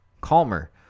calmer